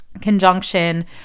conjunction